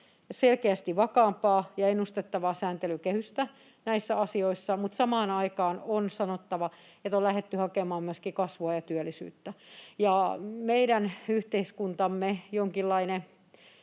selkeästi vakaampaa ja ennustettavaa sääntelykehystä näissä asioissa. Mutta samaan aikaan on sanottava, että on lähdetty hakemaan myöskin kasvua ja työllisyyttä. Ja meidän yhteiskuntamme jonkinlainen